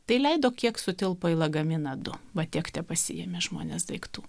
tai leido kiek sutelpa į lagaminą du vat tiek tepasiėmė žmonės daiktų